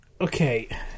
Okay